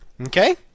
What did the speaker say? Okay